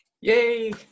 Yay